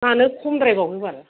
मानो खमद्रायबावनो बाल